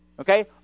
Okay